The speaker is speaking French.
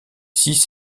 six